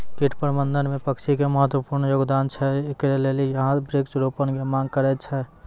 कीट प्रबंधन मे पक्षी के महत्वपूर्ण योगदान छैय, इकरे लेली यहाँ वृक्ष रोपण के मांग करेय छैय?